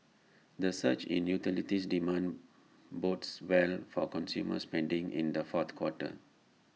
the surge in utilities demand bodes well for consumer spending in the fourth quarter